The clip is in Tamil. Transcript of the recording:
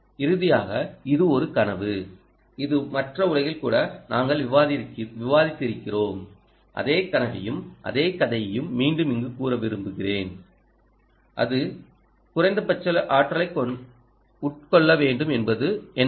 இறுதியாக இது ஒரு கனவு இது மற்ற உலகில் கூட நாங்கள் விவாதித்திருக்கிறோம் அதே கனவையும் அதே கதையையும் மீண்டும் இங்கு கூற விரும்புகிறேன்அது குறைந்த பட்ச ஆற்றலை உட்கொள்ள வேண்டும் என்பது